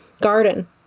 garden